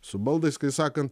su baldais kai sakan